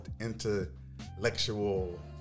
intellectual